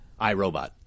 iRobot